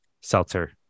Seltzer